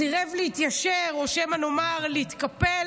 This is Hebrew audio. סירב להתיישר, או שמא נאמר להתקפל,